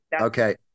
Okay